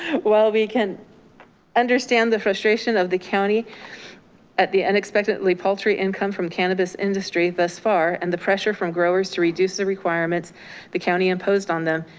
while we can understand the frustration of the county at the unexpectedly paltry income from cannabis industry thus far and the pressure from growers to reduce the requirements the county imposed on them.